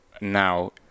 now